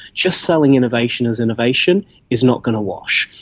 just selling innovation as innovation is not going to wash,